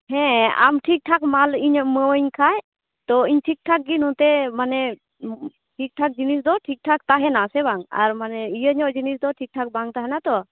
ᱦᱮᱸ ᱟᱢ ᱴᱷᱤᱠᱴᱷᱟᱠ ᱢᱟᱞ ᱤᱧᱮᱢ ᱤᱢᱟᱹᱣᱟᱹᱧ ᱠᱷᱟᱱ ᱛᱚ ᱤᱧ ᱴᱷᱤᱠᱴᱷᱟᱠ ᱜᱮ ᱱᱚᱛᱮ ᱢᱟᱱᱮ ᱴᱷᱤᱠ ᱴᱷᱟᱠ ᱡᱤᱱᱤᱥ ᱫᱚ ᱴᱷᱤᱠᱴᱷᱟᱠ ᱛᱟᱦᱮᱱᱟ ᱥᱮ ᱵᱟᱝ ᱟᱨ ᱢᱟᱱᱮ ᱤᱭᱟᱹ ᱧᱚᱜ ᱡᱤᱱᱤᱥ ᱫᱚ ᱴᱷᱤᱠᱴᱷᱟᱠ ᱵᱟᱝ ᱛᱟᱦᱮᱱᱟ ᱛᱚ